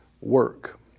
work